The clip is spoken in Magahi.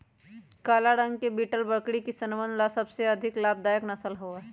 काला रंग के बीटल बकरी किसनवन ला सबसे अधिक लाभदायक नस्ल हई